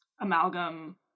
amalgam